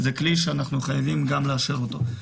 זה כלי שאנחנו חייבים לאשר גם אותו.